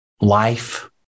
life